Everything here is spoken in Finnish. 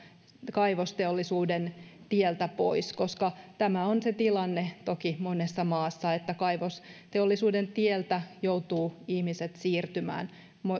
kaivosteollisuuden tieltä pois koska tämä on toki se tilanne monessa maassa että kaivosteollisuuden tieltä joutuvat ihmiset siirtymään